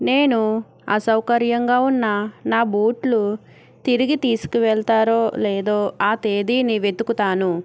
నేను అసౌకర్యంగా ఉన్న నా బూట్లను తిరిగి తీసుకువెళతారో లేదో ఆ తేదీని వెతుకుతాను